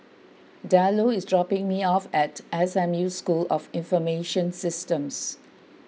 Diallo is dropping me off at S M U School of Information Systems